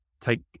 take